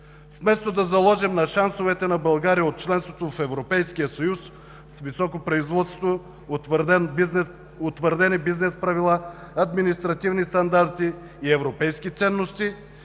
Вместо да заложим на шансовете на България от членството в Европейския съюз с високо производство, утвърдени бизнес правила, административни стандарти и европейски ценности,